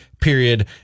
period